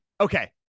Okay